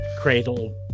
cradle